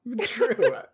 true